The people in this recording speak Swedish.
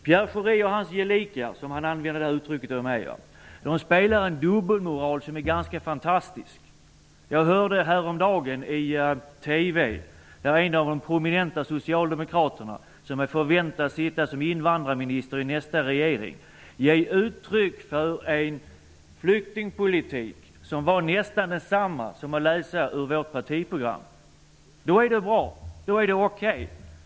Pierre Schori och hans gelikar -- det uttrycket använde han när det gällde mig -- har en dubbelmoral som är ganska otrolig. Häromdagen gav en prominent socialdemokrat, som förväntas bli invandrarminister i nästa regering, i TV uttryck för en flyktingpolitik som nästan var densamma som den som finns att läsa i vårt partiprogram. Då är det plötsligt bra. Då är det okej.